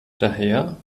daher